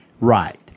right